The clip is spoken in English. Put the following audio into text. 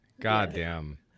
Goddamn